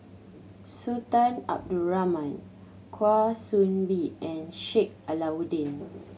Sultan Abdul Rahman Kwa Soon Bee and Sheik Alau'ddin